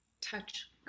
touch